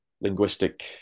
linguistic